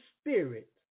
spirit